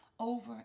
Over